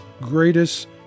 greatest